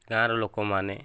ଗାଁର ଲୋକମାନେ